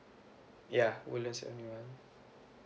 yeah woodlands